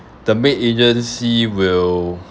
the maid agency will